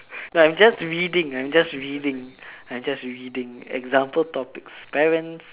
I'm just reading I'm just reading I'm just reading example topics parents